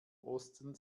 osten